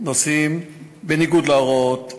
נוסעים בניגוד להוראות,